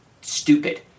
stupid